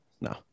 no